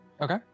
Okay